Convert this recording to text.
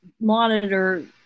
monitor